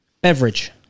Beverage